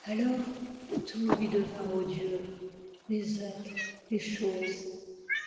alors tout lui devint odieux les êtres les choses